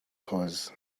cause